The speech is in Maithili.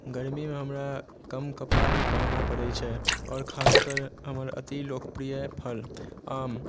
गर्मीमे हमरा कम कपड़ा भी पहिरै पड़ै छै आओर खास कऽ हमर अतिलोकप्रिय फल आम